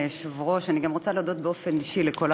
אני רוצה גם להודות באופן אישי לכל